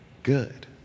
good